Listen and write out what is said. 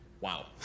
Wow